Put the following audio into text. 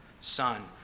son